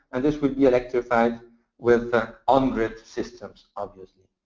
and this will be electrified with on-grid systems, obviously.